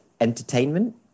entertainment